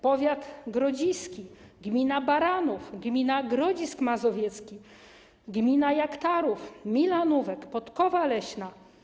Powiat grodziski, gmina Baranów, gmina Grodzisk Mazowiecki, gmina Jaktorów, Milanówek, Podkowa Leśna.